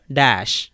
dash